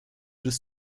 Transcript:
des